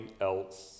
else